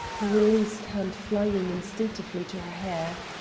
her released hand flying instinctively to her hair.